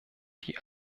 die